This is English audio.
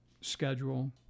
schedule